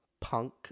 punk